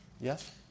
Yes